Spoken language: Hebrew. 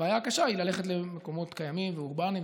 הבעיה הקשה היא ללכת למקומות קיימים ואורבניים,